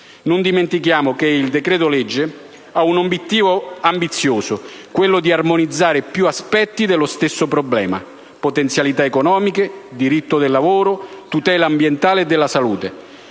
Non dimentichiamo che il decreto-legge ha un obiettivo ambizioso, quello di armonizzare più aspetti dello stesso problema: potenzialità economiche, diritto del lavoro, tutela ambientale e della salute.